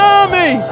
army